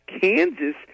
Kansas